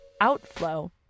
outflow